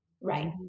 Right